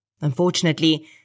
Unfortunately